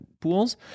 pools